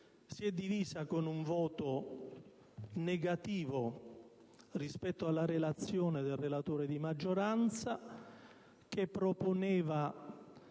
Si è divisa con un voto negativo rispetto alla relazione del relatore di maggioranza che proponeva